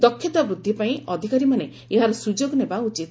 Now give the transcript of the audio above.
ଦକ୍ଷତା ବୃଦ୍ଧି ପାଇଁ ଅଧିକାରୀମାନେ ଏହାର ସୁଯୋଗ ନେବା ଉଚିତ